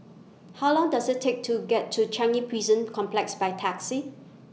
How Long Does IT Take to get to Chanyi Prison Complex By Taxi